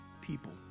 people